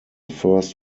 first